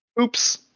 Oops